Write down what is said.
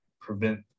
prevent